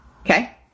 Okay